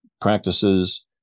practices